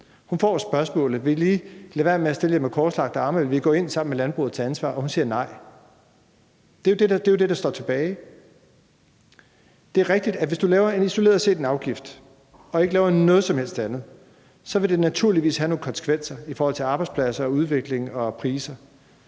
det her spørgsmål: Vil I lade være med at stille jer med korslagte arme, eller vil I gå ind sammen med landbruget og tage ansvar? Og hun sagde nej. Det er jo det, der står tilbage. Det er rigtigt, at hvis du kun laver en afgift og ikke laver noget som helst andet, vil det naturligvis have nogle konsekvenser i forhold til arbejdspladser, udviklingen og priser.